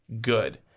good